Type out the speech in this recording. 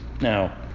now